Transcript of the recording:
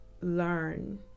learn